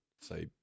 say